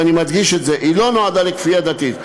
ואני מדגיש את זה: היא לא נועדה לכפייה דתית.